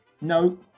No